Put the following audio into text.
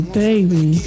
baby